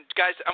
guys